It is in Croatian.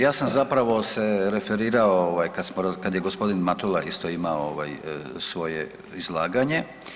Ja sam zapravo se referirao kad je gospodin Matula isto imao svoje izlaganje.